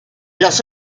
los